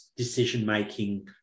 decision-making